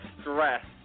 stress